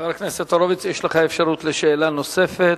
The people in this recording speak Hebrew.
חבר הכנסת הורוביץ, יש לך אפשרות לשאלה נוספת.